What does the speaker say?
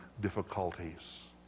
difficulties